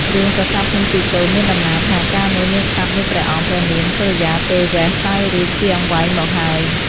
រឿង ប្រាសាទភ្នំជីសូរមានដំណាលថា កាលនោះ មានក្សត្រមួយព្រះអង្គ ព្រះនាមសុរិយាទេវេស សោយរាជ្យជាអង្វែងមកហើយ ។